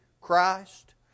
Christ